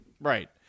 Right